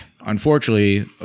unfortunately